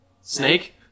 Snake